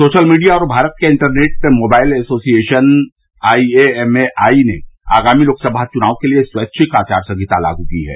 social media और भारत के internet mobile association IAMAI ने आगामी आम चुनाव के लिए स्वैच्छिक आचार संहिता लागू की है